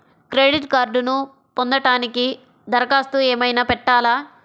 Credit కార్డ్ను పొందటానికి దరఖాస్తు ఏమయినా పెట్టాలా?